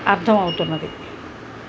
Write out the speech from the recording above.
అర్థమవుతున్నది